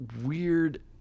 weird